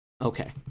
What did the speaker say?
Okay